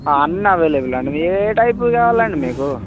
అన్ని అవైలబుల్ అండి ఏ టైపుది కావాలి మీకు